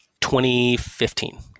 2015